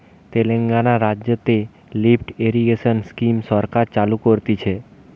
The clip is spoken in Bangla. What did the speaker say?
তেলেঙ্গানা রাজ্যতে লিফ্ট ইরিগেশন স্কিম সরকার চালু করতিছে